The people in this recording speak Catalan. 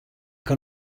que